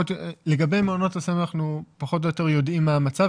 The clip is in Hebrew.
לגבי מעונות הסמל אנחנו יודעים פחות או יותר מה המצב,